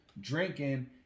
drinking